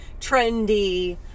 trendy